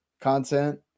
content